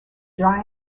dry